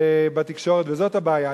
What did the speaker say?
בתקשורת, וזאת הבעיה.